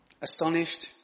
astonished